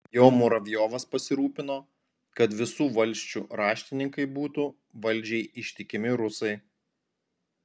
jau muravjovas pasirūpino kad visų valsčių raštininkai būtų valdžiai ištikimi rusai